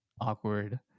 awkward